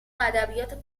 ادبیات